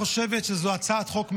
הממשלה חושבת שזו הצעת חוק מצוינת,